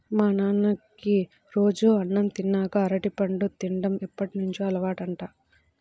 మా నాన్నకి రోజూ అన్నం తిన్నాక అరటిపండు తిన్డం ఎప్పటినుంచో అలవాటంట